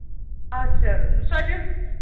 اچھا سۄ تہِ حظ